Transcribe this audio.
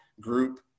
group